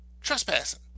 trespassing